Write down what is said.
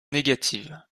négative